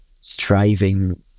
striving